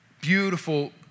beautiful